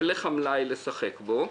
אין לך מלאי לשחק בו.